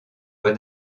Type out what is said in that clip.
lois